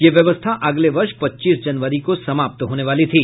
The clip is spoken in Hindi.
यह व्यवस्था अगले वर्ष पच्चीस जनवरी को समाप्त होने वाली थी